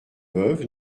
veuve